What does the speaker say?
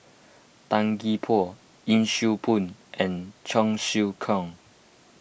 Tan Gee Paw Yee Siew Pun and Cheong Siew Keong